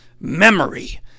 memory